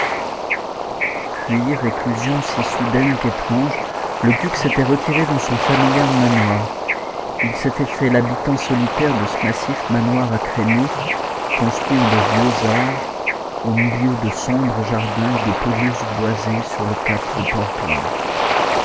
réclusion aussi soudaine qu'étrange le duc s'était retiré dans son familial manoir il s'était fait l'habitant solitaire de ce massif manoir à créneaux construit en de vieux âges au milieu de sombres jardins et de pelouses boisées sur le cap de portland